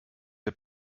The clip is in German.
wir